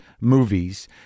movies